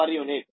u